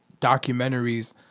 documentaries